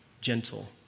gentle